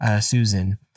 Susan